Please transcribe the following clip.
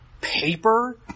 Paper